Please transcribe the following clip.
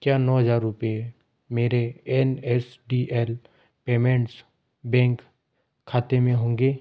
क्या नौ हज़ार रुपये मेरे N S D L payments bank खाते में होंगे